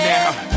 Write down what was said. Now